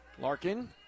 Larkin